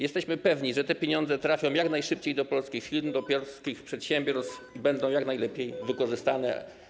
Jesteśmy pewni, że te pieniądze trafią jak najszybciej do polskich firm, do polskich przedsiębiorstw i będą jak najlepiej wykorzystane.